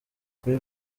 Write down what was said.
kuri